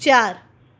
ચાર